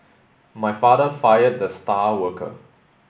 my father fired the star worker